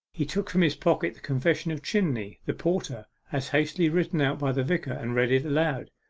he took from his pocket the confession of chinney the porter, as hastily written out by the vicar, and read it aloud.